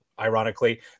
Ironically